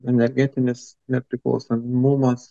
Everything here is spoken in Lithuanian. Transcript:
energetinis nepriklausomumas